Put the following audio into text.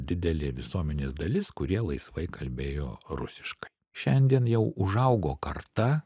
didelė visuomenės dalis kurie laisvai kalbėjo rusiškai šiandien jau užaugo karta